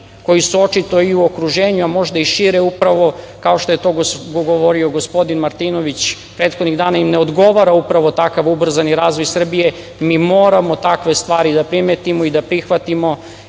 koji su očito i u okruženju, a možda i šire, upravo kao što je to govorio gospodin Martinović prethodnih dana, im ne odgovara upravo takav ubrzani razvoj Srbije, mi moramo takve stvari da primetimo i da prihvatimo